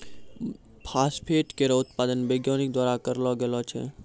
phosphate केरो उत्पादन वैज्ञानिक द्वारा करलो गेलो छै